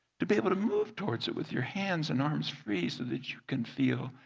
to be able to move towards it with your hands and arms free so that you can feel,